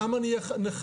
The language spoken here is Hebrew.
למה נהיה חייבים?